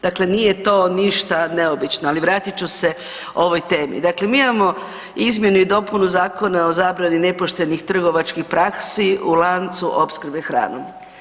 Dakle nije to ništa neobično, ali vratit ću se ovoj temi, dakle mi imamo izmjenu i dopunu Zakona o zabrani nepoštenih trgovačkih praksi u lancu opskrbe hranom.